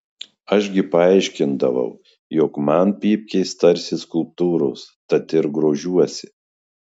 aš gi paaiškindavau jog man pypkės tarsi skulptūros tad ir grožiuosi